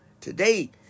today